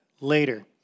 later